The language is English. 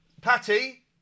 Patty